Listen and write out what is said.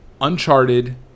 uncharted